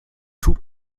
tut